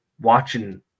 watching